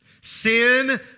Sin